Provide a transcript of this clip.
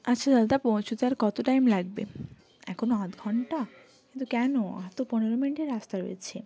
আচ্ছা দাদা পৌঁছোতে আর কত টাইম লাগবে এখনো আধঘন্টা কিন্তু কেন আর তো পনেরো মিনিটের রাস্তা রয়েছে